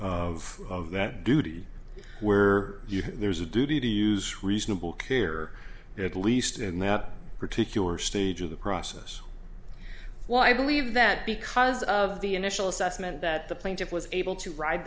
of that duty where there's a duty to use reasonable care at least in that particular stage of the process while i believe that because of the initial assessment that the plaintiff was able to ride